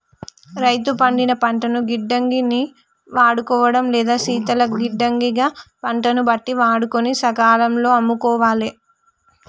రైతు పండిన పంటను గిడ్డంగి ని వాడుకోడమా లేదా శీతల గిడ్డంగి గ పంటను బట్టి వాడుకొని సకాలం లో అమ్ముకోవాలె